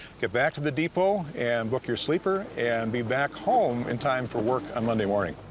get back to the depot and book your sleeper and be back home in time for work on monday morning.